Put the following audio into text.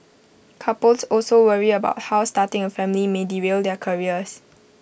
couples also worry about how starting A family may derail their careers